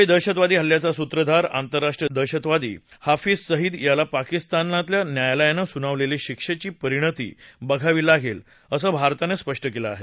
मुंबई दहशतवादी हल्ल्याचा सूत्रधार आंतरराष्ट्रीय दहशतवादी हाफीज सईद याला पाकिस्तानातल्या न्यायालयानं सुनावलेल्या शिक्षेची परिणिती बघावी लागेल असं भारतानं म्हटलं आहे